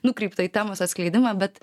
nukrypta į temos atskleidimą bet